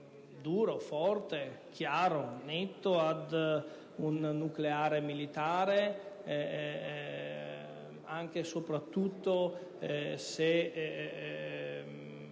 duro, forte, chiaro e netto a un nucleare militare, anche e soprattutto se